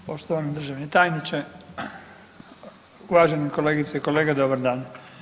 Poštovani državni tajniče, uvažene kolegice i kolege, dobar dan.